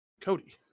Cody